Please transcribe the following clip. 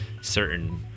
certain